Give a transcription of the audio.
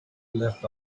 left